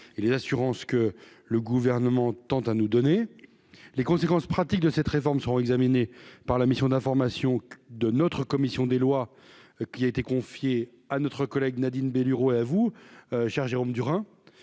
et les assurances que. Le gouvernement tente à nous donner les conséquences pratiques de cette réforme seront examinés par la mission d'information de notre commission des lois, qui a été confié à notre collègue Nadine Bénureau à vous cher Jérôme Durain